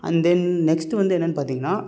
and then next வந்து என்னன்னு பார்த்திங்கன்னா